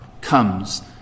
comes